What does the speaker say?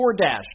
DoorDash